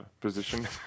position